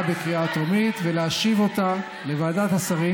בקריאה טרומית ולהשיב אותה לוועדת השרים,